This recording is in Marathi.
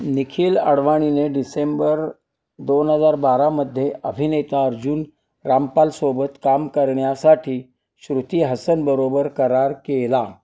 निखिल अडवाणीने डिसेंबर दोन हजार बारामध्ये अभिनेता अर्जुन रामपालसोबत काम करण्यासाठी श्रुती हसनबरोबर करार केला